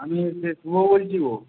আমি হচ্ছে শুভ বলছি গো